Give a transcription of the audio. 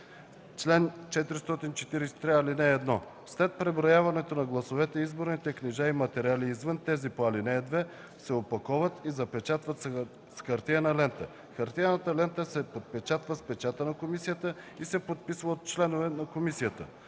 Чл. 443. (1) След преброяването на гласовете изборните книжа и материали, извън тези по ал. 2, се опаковат и запечатват с хартиена лента. Хартиената лента се подпечатва с печата на комисията и се подписва от членове на комисията.